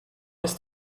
ist